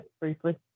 briefly